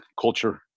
culture